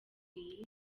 iyi